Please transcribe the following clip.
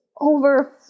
over